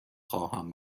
خواهم